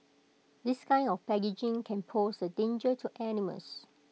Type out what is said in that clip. this kind of packaging can pose A danger to animals